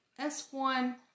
S1